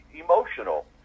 emotional